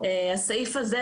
שהסעיף הזה,